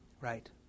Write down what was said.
Right